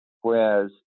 Whereas